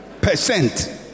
percent